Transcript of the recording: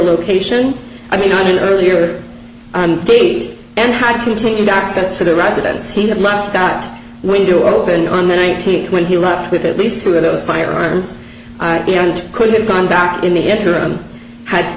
location i mean on an earlier date and had continued access to the residence he had left out the window open on the nineteenth when he left with at least two of those firearms and could have gone back in the interim had